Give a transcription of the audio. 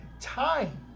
time